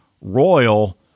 Royal